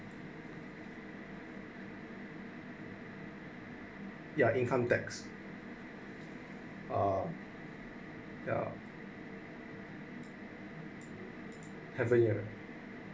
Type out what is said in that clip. ya income tax uh ya having ya